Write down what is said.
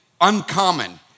uncommon